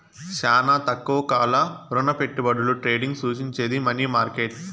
శానా తక్కువ కాల రుణపెట్టుబడుల ట్రేడింగ్ సూచించేది మనీ మార్కెట్